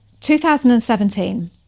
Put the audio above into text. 2017